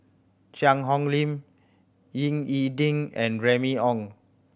Cheang Hong Lim Ying E Ding and Remy Ong